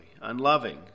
unloving